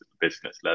business